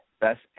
Best